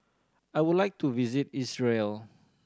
I would like to visit Israel